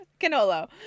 Canolo